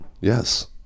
Yes